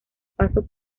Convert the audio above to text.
paso